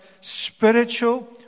spiritual